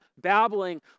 babbling